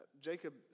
Jacob